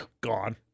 gone